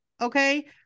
Okay